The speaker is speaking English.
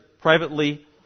privately